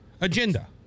agenda